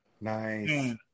Nice